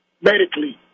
Medically